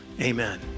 amen